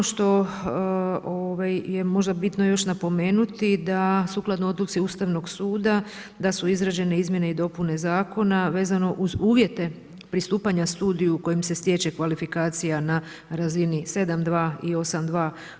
I ono što je možda bitno još napomenuti da sukladno odluci Ustavnog suda da su izrađene izmjene i dopune zakona vezano uz uvjete pristupanja studiju kojim se stječe kvalifikacija na razini 7.2. i 8.2.